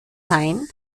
sein